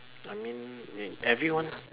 I mean everyone